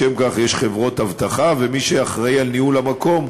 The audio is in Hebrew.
לשם כך יש חברות אבטחה, ומי שאחראי לניהול המקום,